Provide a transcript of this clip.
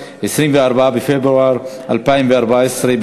24 בפברואר 2014,